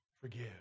Forgive